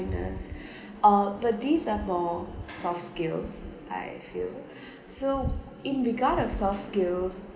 ~ness uh but these are more soft skills I feel so in regard of soft skills